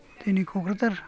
दिनै क'क्राझार